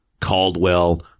Caldwell